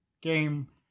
game